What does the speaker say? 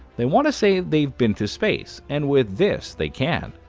they want to say they've been to space, and with this, they can.